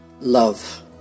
love